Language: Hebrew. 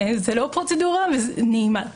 זו לא פרוצדורה נעימה בכלל.